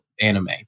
anime